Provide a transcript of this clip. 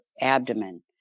abdomen